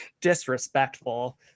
Disrespectful